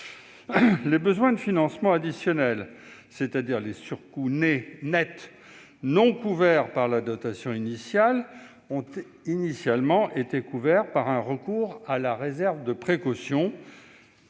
Les besoins de financement additionnels, c'est-à-dire les surcoûts nets non couverts par la dotation initiale, ont essentiellement été financés par un recours à la réserve de précaution.